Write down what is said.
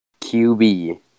QB